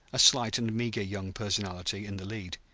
a slight and meager young personality, in the lead.